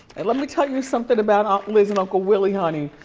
and let me tell you something about aunt liz and uncle willy honey.